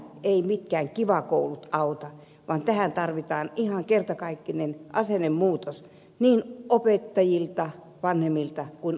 tähän eivät mitkään kivakoulut auta vaan tähän tarvitaan ihan kertakaikkinen asennemuutos niin opettajilta vanhemmilta kuin oppilailtakin